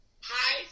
Hi